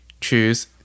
choose